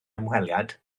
hymweliad